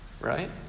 right